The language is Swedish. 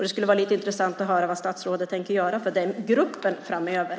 Det skulle vara intressant att höra vad statsrådet tänker göra för den gruppen framöver.